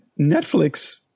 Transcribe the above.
Netflix